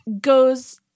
goes